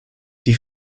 die